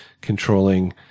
controlling